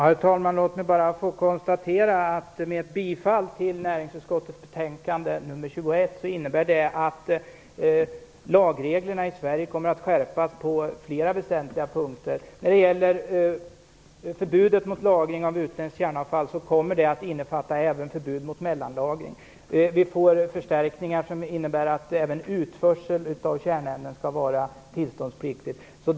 Herr talman! Låt mig bara få konstatera att ett bifall till förslagen i näringsutskottets betänkande nr 21 innebär att lagreglerna i Sverige kommer att skärpas på flera väsentliga punkter. Förbudet mot lagring av utländskt kärnavfall kommer att innefatta ett förbud även mot mellanlagring. Vi får förstärkningar som innebär att även utförsel av kärnämnen skall vara tillståndspliktigt.